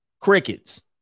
crickets